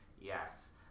Yes